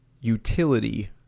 utility